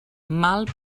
mal